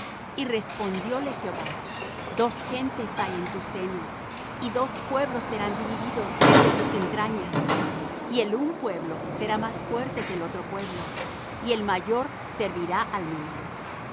y respondióle jehová dos gentes hay en tu seno y dos pueblos serán divididos desde tus entrañas y el un pueblo será más fuerte que el otro pueblo y el mayor servirá al menor